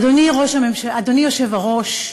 אדוני היושב-ראש,